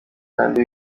kdi